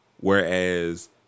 Whereas